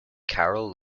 carole